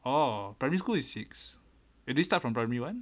oh primary school is six you did start from primary one